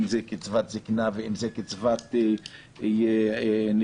אם זה קצבת זקנה,